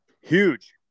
Huge